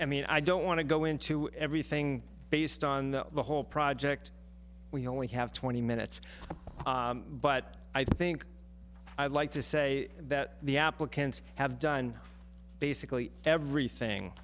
i mean i don't want to go into everything based on the the whole project we only have twenty minutes but i think i'd like to say that the applicants have done basically everything